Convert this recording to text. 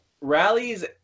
rallies